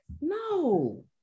no